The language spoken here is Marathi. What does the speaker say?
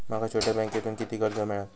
माका छोट्या बँकेतून किती कर्ज मिळात?